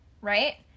right